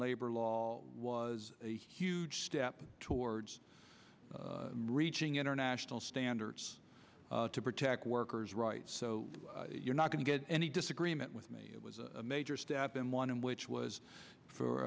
labor law was a huge step towards reaching international standards to protect workers rights so you're not going to get any disagreement with me it was a major step in one in which was